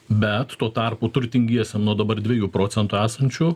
bet tuo tarpu turtingiesiem nuo dabar dviejų procentų esančių